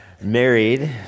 Married